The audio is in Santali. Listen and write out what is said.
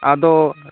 ᱟᱫᱚ